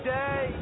day